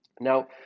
Now